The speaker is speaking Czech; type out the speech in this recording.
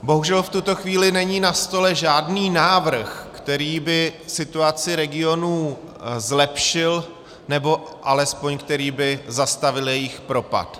Bohužel v tuto chvíli není na stole žádný návrh, který by situaci regionů zlepšil, nebo alespoň který by zastavil jejich propad.